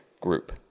group